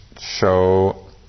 show